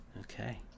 okay